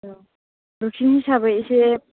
औ रुटिन हिसाबै एसे